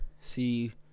see